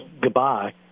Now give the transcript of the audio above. goodbye